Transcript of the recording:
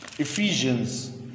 Ephesians